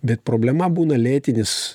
bet problema būna lėtinis